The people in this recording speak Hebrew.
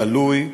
גלוי,